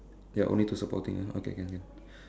ya only two supporting okay can can